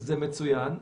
זה מצוין.